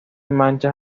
manchas